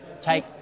take